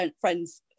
friends